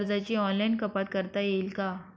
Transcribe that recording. कर्जाची ऑनलाईन कपात करता येईल का?